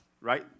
right